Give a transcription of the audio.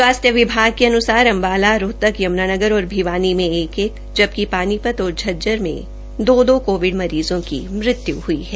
स्वास्थ्य विभाग के अन्सार अम्बाला रोहतक यम्नानगर और भिवानी में एक एक जबकि शानीशत और झज्जर में दो दो कोविड मरीज़ों की मृत्यु हुई है